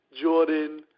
Jordan